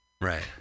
Right